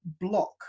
block